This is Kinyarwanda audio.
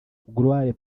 gloire